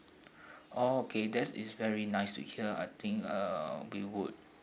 oh K that is very nice to hear I think uh we would